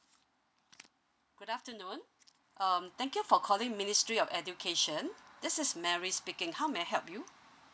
good afternoon um thank you for calling ministry of education this is mary speaking how may I help you